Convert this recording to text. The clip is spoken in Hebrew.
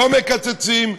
לא מקצצים,